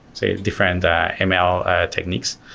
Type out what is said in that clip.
say different e-mail ah techniques.